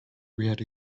reared